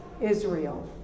israel